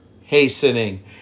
hastening